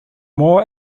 more